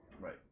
Right